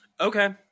Okay